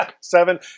seven